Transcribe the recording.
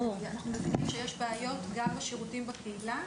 אנחנו מבינים שיש בעיות גם בשירותים בקהילה,